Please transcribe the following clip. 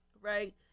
right